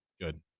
Good